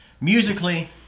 musically